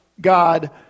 God